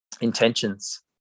intentions